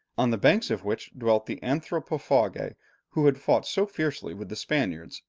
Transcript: on the banks of which dwelt the anthropophagi who had fought so fiercely with the spaniards,